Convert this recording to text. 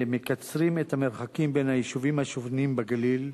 המקצרים את המרחקים בין היישובים השונים בגליל.